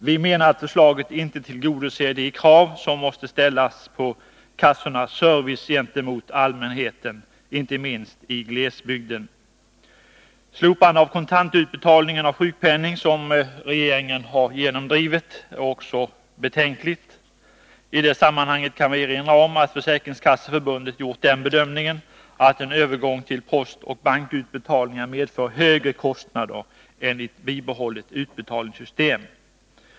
Vi menar att förslaget inte tillgodoser de krav som måste ställas på kassornas service gentemot allmänheten, inte minst i glesbygden. Slopandet av kontantutbetalningen av sjukpenning, som regeringen har genomdrivit, var också betänkligt. I det sammanhanget kan vi erinra om att Försäkringskasseförbundet har gjort den bedömningen att en övergång till postoch bankutbetalningar medför högre kostnader än ett bibehållet utbetalningssystem.